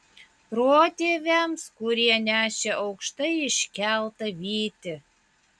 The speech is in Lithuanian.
protėviams kurie nešė aukštai iškeltą vytį